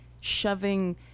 shoving